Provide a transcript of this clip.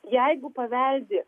jeigu paveldi